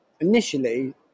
initially